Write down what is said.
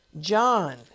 John